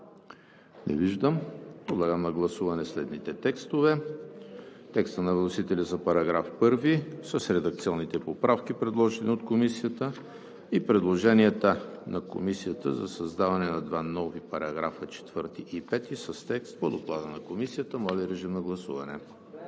Не виждам. Подлагам на гласуване следните текстове: текста на вносителя за § 1 с редакционните поправки, предложени от Комисията, и предложенията на Комисията за създаване на два нови параграфа – 4 и 5, с текст по Доклада на Комисията. Гласували